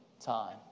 time